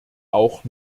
auch